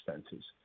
expenses